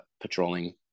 patrolling